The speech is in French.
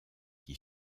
qui